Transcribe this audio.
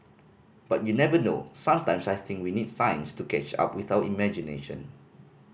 but you never know sometimes I think we need science to catch up with our imagination